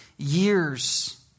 Years